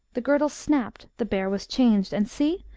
the girdle snapped, the bear was changed, and see!